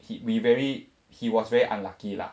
he we very he was very unlucky lah